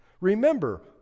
Remember